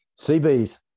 CBs